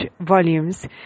volumes